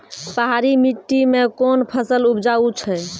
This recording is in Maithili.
पहाड़ी मिट्टी मैं कौन फसल उपजाऊ छ?